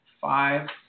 five